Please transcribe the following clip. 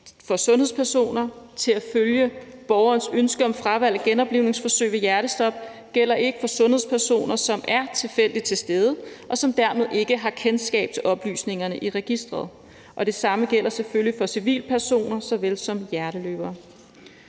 for sundhedspersoner til at følge borgerens ønske om fravalg af genoplivningsforsøg ved hjertestop gælder ikke for sundhedspersoner, som er tilfældigt til stede, og som dermed ikke har kendskab til oplysningerne i registeret. Det samme gælder selvfølgelig for civilpersoner såvel som hjerteløbere.